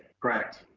correct.